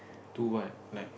do what like